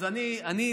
אז אני אחפש.